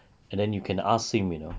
and then you can ask him you know